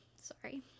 sorry